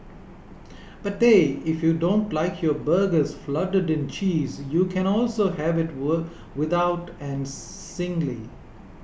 but they if you don't like your burgers flooded in cheese you can also have it without and singly